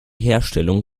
herstellung